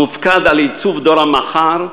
המופקד על עיצוב דור המחר,